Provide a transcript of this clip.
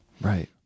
Right